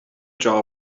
jar